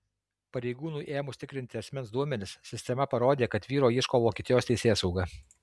pareigūnui ėmus tikrinti asmens duomenis sistema parodė kad vyro ieško vokietijos teisėsauga